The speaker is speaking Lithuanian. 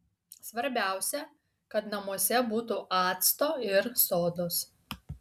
svarbiausia kad namuose būtų acto ir sodos